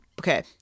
Okay